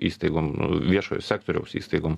įstaigom nu viešojo sektoriaus įstaigom